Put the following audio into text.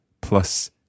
plus